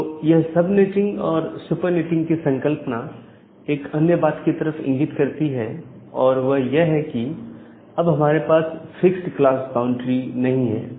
तो यह सब नेटिंग और सुपर नेटिंग की संकल्पना एक अन्य बात की तरफ इंगित करती है और वह यह है कि अब हमारे पास फिक्स्ड क्लास बाउंड्री नहीं है